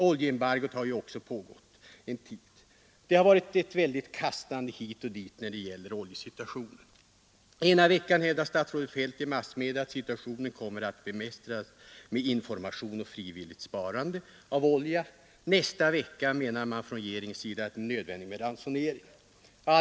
Oljeembargot har också pågått en tid. Det har varit ett väldigt kastande hit och dit i bedömningen: den ena veckan hävdar statsrådet Feldt i massmedia, att situationen kommer att kunna bemästras med information och frivilligt sparande av olja, men den andra veckan menar regeringen, att det är nödvändigt att tillgripa ransonering.